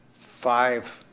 five,